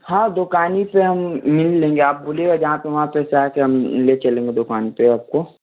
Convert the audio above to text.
हाँ दुकान ही पर हम मिल लेंगे आप बोलिएगा जहाँ पर वहाँ पर चाह के हम ले चलेंगे दुकान पर आपको